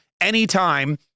anytime